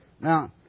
Now